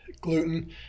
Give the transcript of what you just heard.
gluten